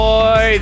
Boy